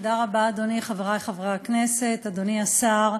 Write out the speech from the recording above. תודה רבה, אדוני, חברי חברי הכנסת, אדוני השר,